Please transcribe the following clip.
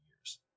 years